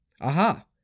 Aha